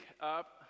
up